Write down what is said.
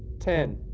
ten.